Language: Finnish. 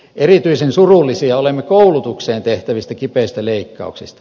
erityisen surullisia olemme koulutukseen tehtävistä kipeistä leikkauksista